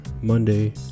Monday